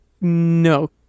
no